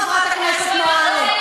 חברת הכנסת מועלם.